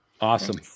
Awesome